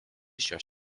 šios